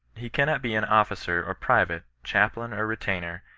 he cannot be an officer or private chaplain or re tainer,